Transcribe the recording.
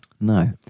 No